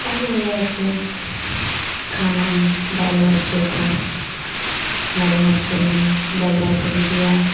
आब इएह छै खानामे दालि भात चोखा दालि भात सब्जी दालि भात भुजिया